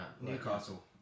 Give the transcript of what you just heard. Newcastle